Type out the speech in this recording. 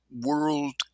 world